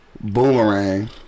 Boomerang